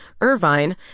Irvine